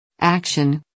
Action